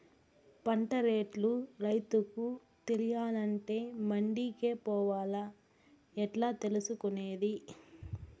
పంట రేట్లు రైతుకు తెలియాలంటే మండి కే పోవాలా? ఎట్లా తెలుసుకొనేది?